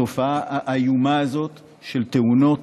בתופעה האיומה הזאת של תאונות,